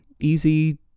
easy